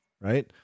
right